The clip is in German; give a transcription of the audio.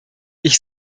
ich